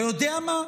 אתה יודע מה?